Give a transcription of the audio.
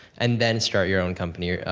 and then start your own company.